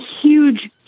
huge